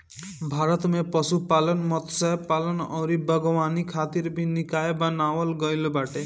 भारत में पशुपालन, मत्स्यपालन अउरी बागवानी खातिर भी निकाय बनावल गईल बाटे